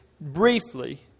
briefly